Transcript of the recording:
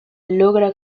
logra